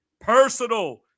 personal